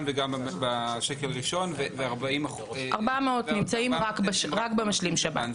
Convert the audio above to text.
וגם בשקל ראשון ו-40% נמצאים רק במשלים שב"ן,